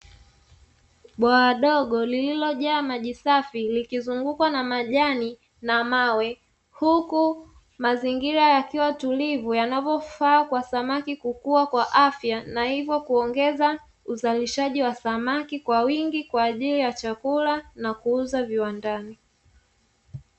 Bwawa dogo lililojaa maji safi, likizungukwa na majani na mawe, Huku mazingira yakiwa tulivu yanavofaa kwa samaki kukua kwa afya na hivyo kuongeza uzalishaji wa samaki kwa wingi kwa ajili ya chakula na kuuza viwandani.